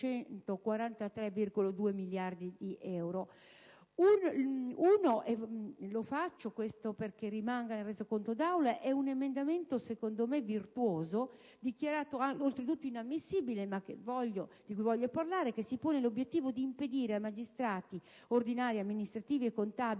un emendamento secondo me virtuoso - dichiarato oltretutto inammissibile, ma di cui voglio parlare - che si pone l'obiettivo di impedire a magistrati ordinari, amministrativi e contabili,